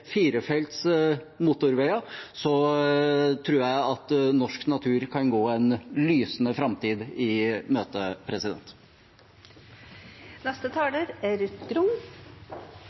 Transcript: motorveier, tror jeg at norsk natur kan gå en lysende framtid i